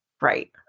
Right